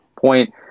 point